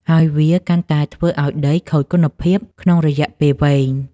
ហើយវាកាន់តែធ្វើឱ្យដីខូចគុណភាពក្នុងរយៈពេលវែង។